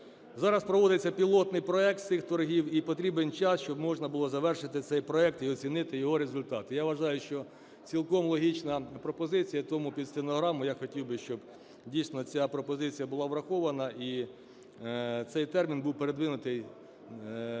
Зараз проводиться пілотний проект з цих торгів, і потрібен час, щоби можна було завершити цей проект і оцінити його результати. Я вважаю, що цілком логічна пропозиція, тому під стенограму я хотів би, щоби дійсно ця пропозиція була врахована і цей термін був передвинутий